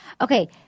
Okay